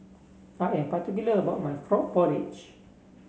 I am particular about my Frog Porridge